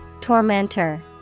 Tormentor